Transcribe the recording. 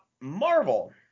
Marvel